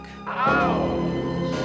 Ow